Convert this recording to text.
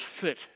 fit